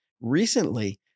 recently